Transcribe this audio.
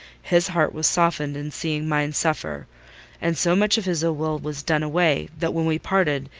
his heart was softened in seeing mine suffer and so much of his ill-will was done away, that when we parted,